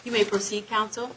you may proceed counsel